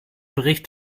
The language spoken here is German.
bericht